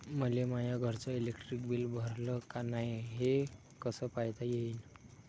मले माया घरचं इलेक्ट्रिक बिल भरलं का नाय, हे कस पायता येईन?